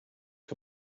que